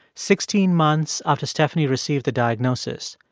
sixteen months after stephanie received the diagnosis,